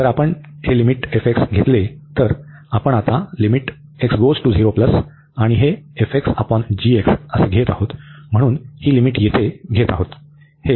जर आपण हे लिमिट f घेतल्यास आपण आता आणि हे घेत आहोत म्हणून ही लिमिट येथे घेत आहोत